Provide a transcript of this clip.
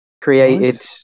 created